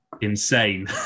insane